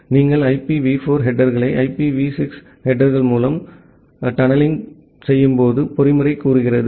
நீங்கள் ஐபிவி 4 ஹெடேர்களை ஐபிவி 6 ஹெடேர்கள் மூலம் சுரங்கப்படுத்துவதாக தனனெலிங் பொறிமுறை கூறுகிறது